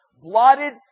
blotted